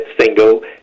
single